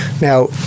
Now